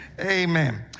Amen